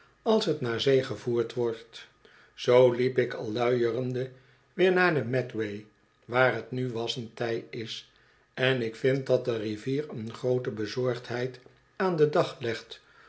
als t naar zee gevoerd wordt zoo liep ik al luierende weer naar de medway waar t nu wassend tij is en ik vind dat de rivier een groote bezorgdheid aan den dag legt